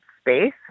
space